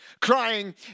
crying